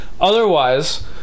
Otherwise